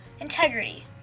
integrity